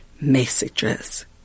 Messages